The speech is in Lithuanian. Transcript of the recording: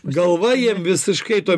galva jiem visiškai to